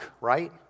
right